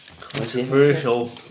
controversial